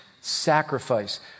sacrifice